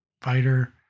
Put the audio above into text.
fighter